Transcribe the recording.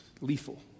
lethal